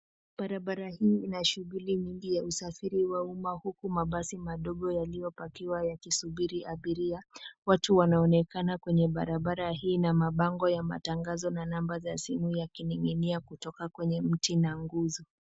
Barabara hii ina shughuli nyingi ya usafiri wa umma, huku mabasi madogo yaliopakiwa yakisubiri abiria. Watu wanaonekana kwenye barabara hii, na mabango ya matangazo na namba za simu yakining'inia kutoka kwa mti na nguzo.